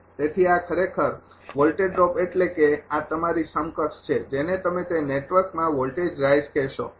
તેથી આ ખરેખર વોલ્ટેજ ડ્રોપ એટલે કે આ તમારી સમકક્ષ છે જેને તમે તે નેટવર્કમાં વોલ્ટેજ રાઇઝ કહેશો